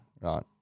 right